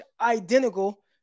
identical